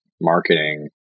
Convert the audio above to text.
marketing